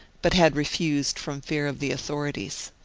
but had refused from fear of the authorities.